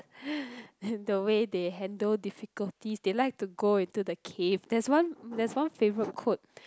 in the way they handle difficulties they like to go into the cave there's one there's one favorite quote